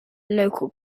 local